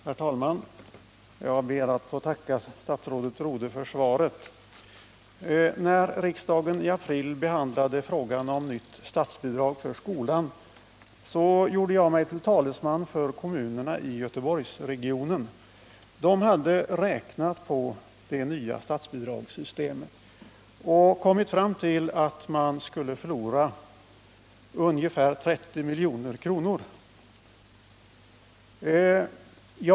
Herr talman! Jag ber att få tacka statsrådet Rodhe för svaret. När riksdagen i april behandlade frågan om nytt statsbidrag för skolan, gjorde jag mig till talesman för kommunerna i Göteborgsregionen. De hade räknat på det nya statsbidragssystemet och kommit fram till att man skulle förlora ungefär 30 milj.kr.